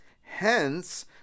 Hence